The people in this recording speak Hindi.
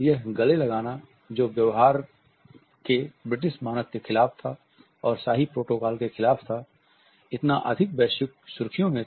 यह गले लगना जो व्यवहार के ब्रिटिश मानक के खिलाफ था और शाही प्रोटोकॉल के खिलाफ था इतना अधिक वैश्विक सुर्खियों में था